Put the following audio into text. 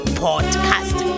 podcast